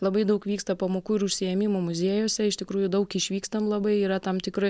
labai daug vyksta pamokų ir užsiėmimų muziejuose iš tikrųjų daug išvykstam labai yra tam tikra